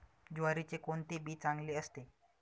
ज्वारीचे कोणते बी चांगले असते?